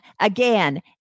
again